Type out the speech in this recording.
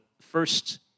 first